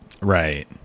Right